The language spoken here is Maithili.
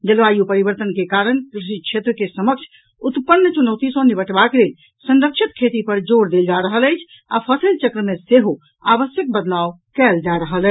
जलवायु परिवर्तन के कारण कृषि क्षेत्र के समक्ष उत्पन्न च्रनौती सॅ निबटबाक लेल संरक्षित खेती पर जोर देल जा रहल अछि आ फसलि चक्र मे सेहो आवश्यक बदलाव कयल जा रहल अछि